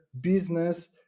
business